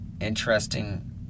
interesting